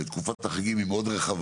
יש שלג בירושלים.